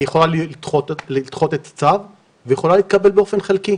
היא יכולה לדחות את הצו ויכולה להתקבל באופן חלקי.